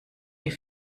die